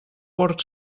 porc